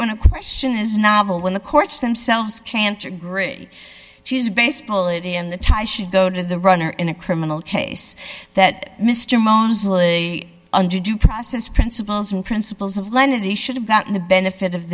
when a question is novel when the courts themselves can't agree she's baseball it in the tie should go to the runner in a criminal case that mr mosley under due process principles and principles of lenity should have gotten the benefit of